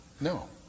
no